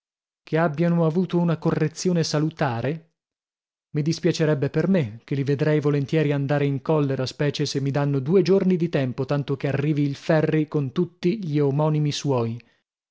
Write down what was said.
che abbiano avuto una correzione salutare mi dispiacerebbe per me che li vedrei volentieri andare in collera specie se mi danno due giorni di tempo tanto che arrivi il ferri con tutti gli omonimi suoi